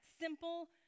simple